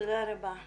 תודה רבה.